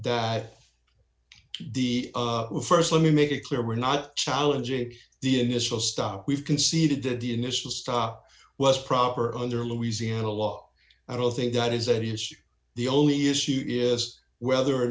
that the st let me make it clear we're not challenging the initial stop we've conceded that the initial stop was proper under louisiana law i don't think that is an issue the only issue is whether or